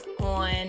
on